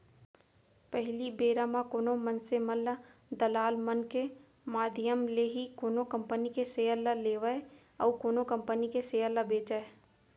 पहिली बेरा म कोनो मनसे मन ह दलाल मन के माधियम ले ही कोनो कंपनी के सेयर ल लेवय अउ कोनो कंपनी के सेयर ल बेंचय